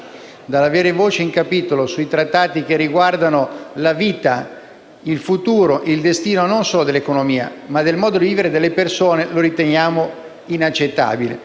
dall'avere voce in capitolo sui trattati che riguardano la vita, il futuro e il destino non solo dell'economia, ma del modo di vivere delle persone. Ricordo infine al